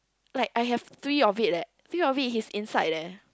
like I have three of it leh three of it is inside leh